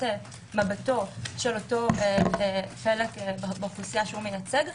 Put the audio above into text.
מבטו של אותו פלח האוכלוסייה שהוא מייצג,